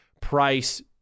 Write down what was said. price